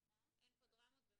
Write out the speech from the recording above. אין פה דרמה בדרישה.